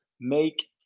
make